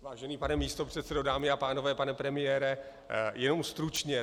Vážený pane místopředsedo, dámy a pánové, pane premiére, jenom stručně.